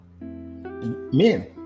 men